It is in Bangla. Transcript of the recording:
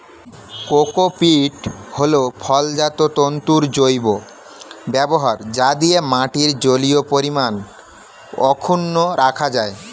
কোকোপীট হল ফলজাত তন্তুর জৈব ব্যবহার যা দিয়ে মাটির জলীয় পরিমাণ অক্ষুন্ন রাখা যায়